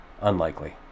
Unlikely